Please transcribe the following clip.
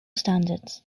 standards